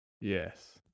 Yes